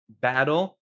battle